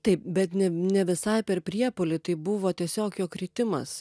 taip bet ne ne visai per priepuolį tai buvo tiesiog jo kritimas